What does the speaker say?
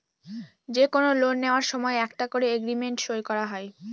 যে কোনো লোন নেওয়ার সময় একটা করে এগ্রিমেন্ট সই করা হয়